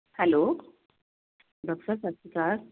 hello doctor ਸਾਹਿਬ ਸਤਿ ਸ਼੍ਰੀ ਅਕਾਲ